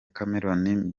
cameroon